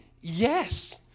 Yes